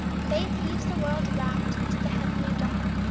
faith heaves the world round to the heavenly dawn,